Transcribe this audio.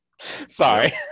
Sorry